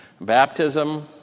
baptism